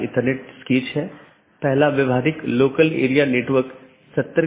इस प्रकार एक AS में कई राऊटर में या कई नेटवर्क स्रोत हैं